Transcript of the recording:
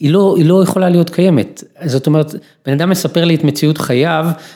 היא לא היא לא יכולה להיות קיימת, זאת אומרת, בן אדם מספר לי את מציאות חייו.